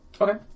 Okay